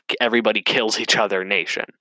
everybody-kills-each-other-nation